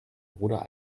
bruder